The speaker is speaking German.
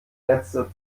letzter